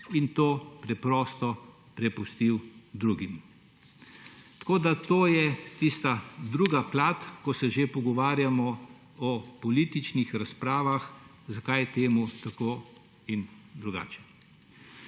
in to preprosto prepustil drugim. To je tista druga plat, ko se že pogovarjamo o političnih razpravah, zakaj je to tako in drugače.